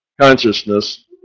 consciousness